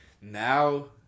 now